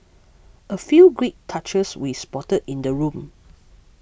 a few great touches we spotted in the room